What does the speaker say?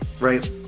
right